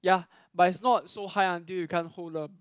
ya but is not so high until you can't hold them